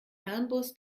fernbus